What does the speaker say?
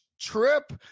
trip